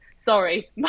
sorry